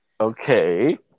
okay